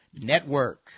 Network